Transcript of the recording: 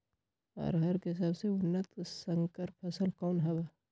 अरहर के सबसे उन्नत संकर फसल कौन हव?